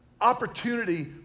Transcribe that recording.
opportunity